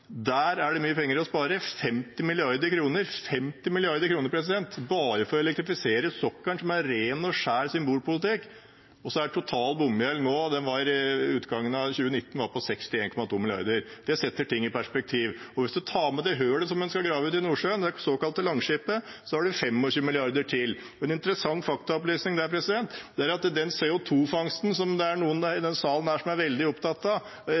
Der er det mye penger å spare – 50 mrd. kr bare for å elektrifisere sokkelen, noe som er ren og skjær symbolpolitikk. Total bomgjeld ved utgangen av 2019 var på 61,2 mrd. kr. Det setter ting i perspektiv. Hvis en tar med det hullet som en skal grave ut i Nordsjøen, det såkalte Langskip, har vi 25 mrd. kr til. En interessant faktaopplysning der er at den CO 2 -fangsten som noen i denne salen er veldig opptatt av,